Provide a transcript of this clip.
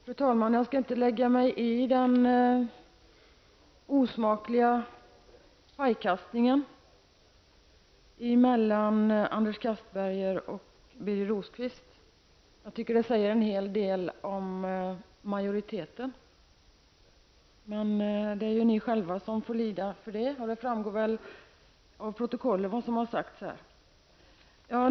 Fru talman! Jag skall inte lägga mig i den osmakliga pajkastningen mellan Anders Castberger och Birger Rosqvist. Jag tycker att det säger en hel del om majoriteten. Men det är ni själva som får lida för det. Det framgår av protokollet vad som har sagts här.